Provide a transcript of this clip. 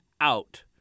out